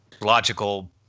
logical